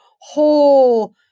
whole